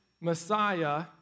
Messiah